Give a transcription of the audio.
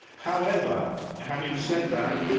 however, having said that,